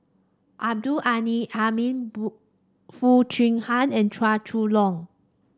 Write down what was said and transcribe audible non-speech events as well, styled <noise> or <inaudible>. Abdul <unintelligible> Hamid <unintelligible> Foo Chee Han and Chua Chong Long